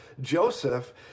joseph